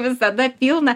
visada pilna